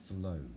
flow